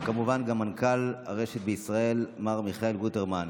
וכמובן גם מנכ"ל הרשת בישראל מר מיכאל גוטרמן.